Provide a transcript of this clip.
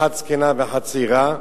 אחת זקנה ואחת צעירה.